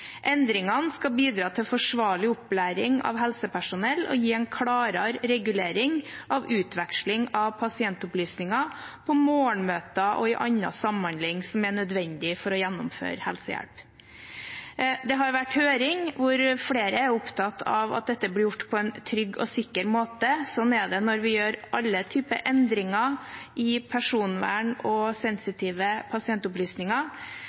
Endringene skal bidra til forsvarlig opplæring av helsepersonell og gi en klarere regulering av utveksling av pasientopplysninger på morgenmøter og i annen samhandling som er nødvendig for å gjennomføre helsehjelp. Det har vært høring, hvor flere var opptatt av at dette blir gjort på en trygg og sikker måte. Sånn er det når vi gjør alle typer endringer i personvern og sensitive pasientopplysninger.